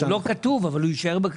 הוא לא כתוב אבל הוא יישאר.